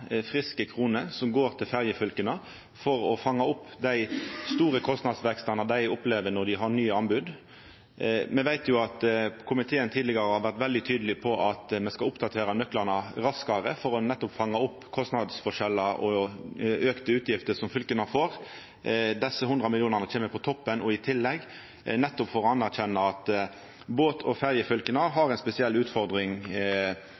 friske kroner til ferjefylka for å fanga opp den store kostnadsveksten dei opplever når dei har nye anbod. Me veit jo at komiteen tidlegare har vore veldig tydeleg på at me skal oppdatera nøklane raskare for nettopp å fanga opp kostnadsforskjellar og auka utgifter som fylka får. Desse 100 millionane kjem på toppen og i tillegg, nettopp for å anerkjenna at båt- og ferjefylka